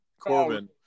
Corbin